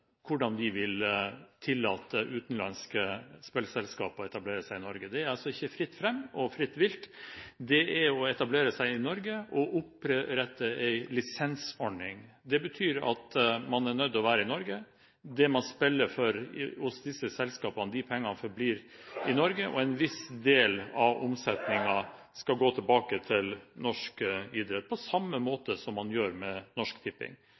hvordan vi vil tillate utenlandske spillselskaper å etablere seg i Norge. Det er ikke fritt fram. Det handler om å etablere seg i Norge, å opprette en lisensordning. Det betyr at man er nødt til å være i Norge. De pengene man spiller for hos disse selskapene, forblir i Norge, og en viss del av omsetningen skal gå tilbake til norsk idrett, på samme måte som med Norsk Tipping.